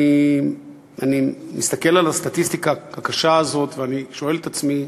אני מסתכל על הסטטיסטיקה הקשה הזו ואני שואל את עצמי: